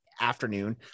afternoon